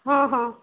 ହଁ ହଁ